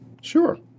Sure